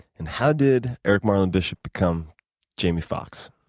and how did eric marlin bishop become jamie foxx?